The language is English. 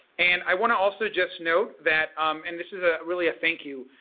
and i want to also just note that and this is a really a thank you,